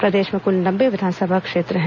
प्रदेश में कुल नब्बे विधानसभा क्षेत्र हैं